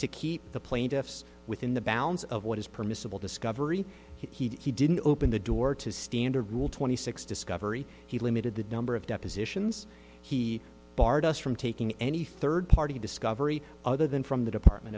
to keep the plaintiffs within the bounds of what is permissible discovery he didn't open the door to standard rule twenty six discovery he limited the number of depositions he barred us from taking any third party discovery other than from the department